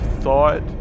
thought